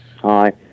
Hi